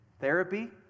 therapy